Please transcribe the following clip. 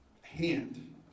hand